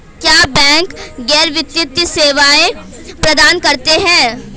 क्या बैंक गैर वित्तीय सेवाएं प्रदान करते हैं?